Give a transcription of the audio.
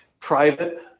private